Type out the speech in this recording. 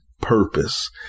purpose